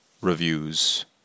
reviews